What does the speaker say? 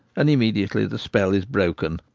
and immediately the spell is broken.